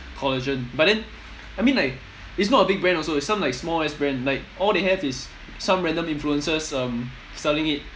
collagen but then I mean like it's not a big brand also it's some like small ass brand like all they have is some random influencers um selling it